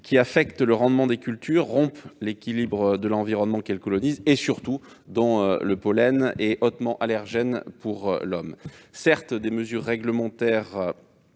qui affectent le rendement des cultures, rompent l'équilibre de l'environnement qu'elles colonisent, et, surtout, dont le pollen est hautement allergène pour l'homme. Certes, des mesures réglementaires